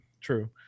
True